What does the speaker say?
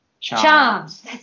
Charms